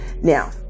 Now